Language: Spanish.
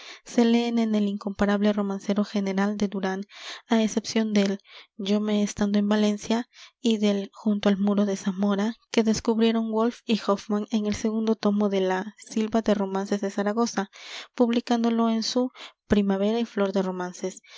se leen en el incomparable romancero general de durán á excepción del yo me estando en valencia y del junto al muro de zamora que descubrieron wolf y hofmann en el segundo tomo de la silva de romances de zaragoza publicándolo en su primavera y flor de romances